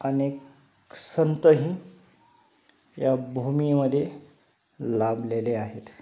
अनेक संतही या भूमीमध्ये लाभलेले आहेत